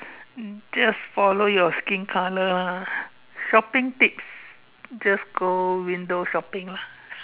um just follow your skin colour lah shopping tips just go window shopping lah